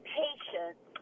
patience